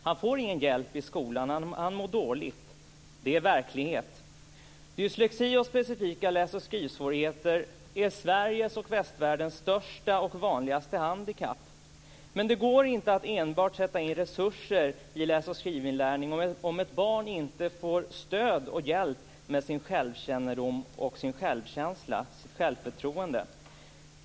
Han får ingen hjälp i skolan. Han mår dåligt. Det är verklighet. Sveriges och västvärldens största och vanligaste handikapp. Men det går inte att enbart sätta in resurser i läs och skrivinlärning om ett barn inte får stöd och hjälp med sin självkännedom, sin självkänsla och sitt självförtroende.